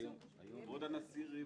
כבוד הנשיא ריבלין,